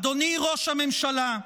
אדוני ראש הממשלה,